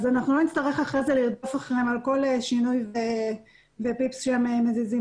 לא נצטרך אחר כך לרדוף אחר כל שינוי ופיפס שהם מזיזים